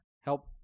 help